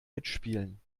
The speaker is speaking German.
mitspielen